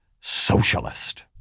socialist